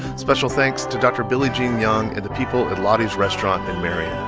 special thanks to dr. billie jean young and the people at lottie's restaurant in marion.